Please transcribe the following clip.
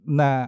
na